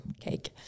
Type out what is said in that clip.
cake